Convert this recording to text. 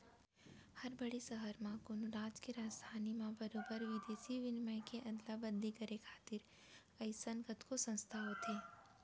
हर बड़े सहर म, कोनो राज के राजधानी म बरोबर बिदेसी बिनिमय के अदला बदली करे खातिर अइसन कतको संस्था होथे